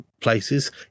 places